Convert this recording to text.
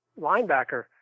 linebacker